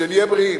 שנהיה בריאים.